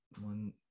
One